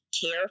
care